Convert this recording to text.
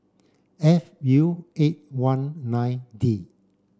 F U eight one nine D